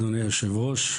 אדוני היושב-ראש,